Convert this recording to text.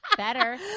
Better